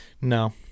No